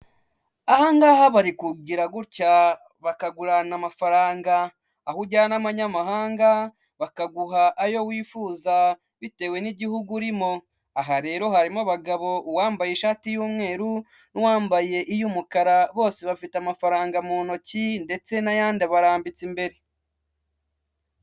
Aha ngaha bari kugira gutya, bakagurana amafaranga. Aho ujyana amanyamahanga bakaguha ayo wifuza, bitewe n'igihugu urimo. Aha rero harimo abagabo, uwambaye ishati y'umweru n'uwambaye iy'umukara, bose bafite amafaranga mu ntoki ndetse n'ayandi abarambitse imbere.